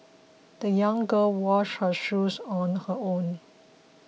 the young girl washed her shoes on her own